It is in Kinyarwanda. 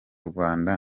rwanda